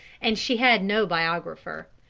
and she had no biographer.